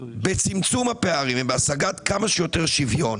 בצמצום הפערים ובהשגת כמה שיותר שוויון